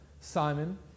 Simon